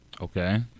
Okay